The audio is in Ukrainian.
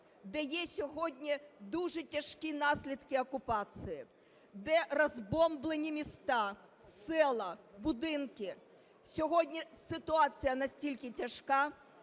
де є сьогодні дуже тяжкі наслідки окупації, де розбомблені міста, села, будинки. Сьогодні ситуація настільки тяжка,